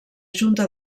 junta